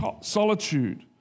solitude